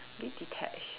bit detached